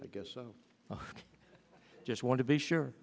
i guess so i just want to be sure